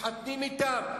מתחתנים אתן,